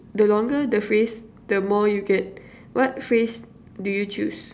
the longer the phrase the more you get what phrase do you choose